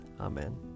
amen